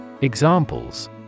Examples